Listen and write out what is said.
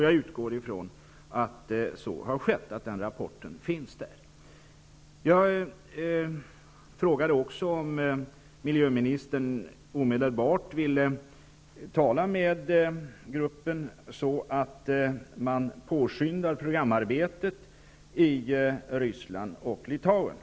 Jag utgår från att så har skett och att rapporten finns hos gruppen. Jag frågade också om miljöministern omedelbart ville tala med gruppen, så att man påskyndar programarbetet i Ryssland och Litauen.